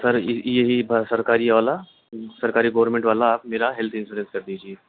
سر یہی سرکاری والا سرکاری گورنمنٹ والا آپ میرا ہیلتھ انشورنس کر دیجیے